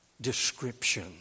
description